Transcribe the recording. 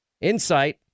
insight